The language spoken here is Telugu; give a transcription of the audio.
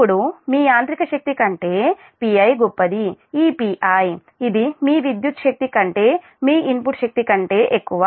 ఇప్పుడు మీ ఈ యాంత్రిక శక్తి కంటే Pi గొప్పది ఈ Pi ఇది మీ విద్యుత్ శక్తి కంటే మీ ఇన్పుట్ శక్తి కంటే ఎక్కువ